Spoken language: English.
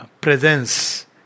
presence